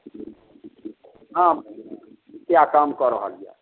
हँ मुखिआ काम कऽ रहल यऽ